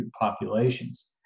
populations